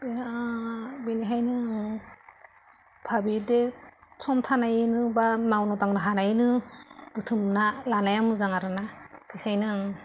बेनिखायनो आं भाबियोदि सम थानायैनो एबा मावनो दांनो हानायैनो बुथुमना लानाया मोजां आरोना बेनिखायनो आं